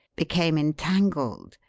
became entangled,